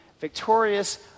victorious